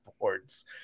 boards